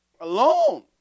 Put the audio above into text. alone